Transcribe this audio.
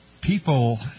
people